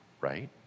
right